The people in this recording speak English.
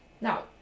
Now